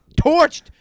torched